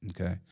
okay